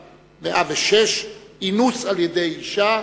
106) (אינוס על-ידי אשה)